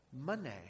Money